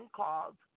called